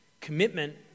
Commitment